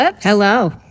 Hello